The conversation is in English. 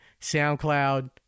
SoundCloud